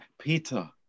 Peter